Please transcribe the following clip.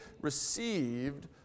received